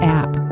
app